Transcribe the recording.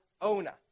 owner